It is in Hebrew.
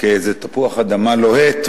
כאיזה תפוח אדמה לוהט,